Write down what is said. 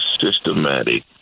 systematic